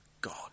God